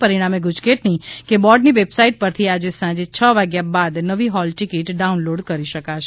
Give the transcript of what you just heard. પરિણામે ગુજકેટની કે બોર્ડની વેબસાઈટ પરથી આજે સાંજે છ વાગ્યા બાદ નવી હોલ ટીકીટ ડાઉનલોડ કરી શકાશે